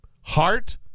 Heart